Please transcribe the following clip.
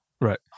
Right